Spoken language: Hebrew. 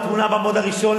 התמונה בעמוד הראשון,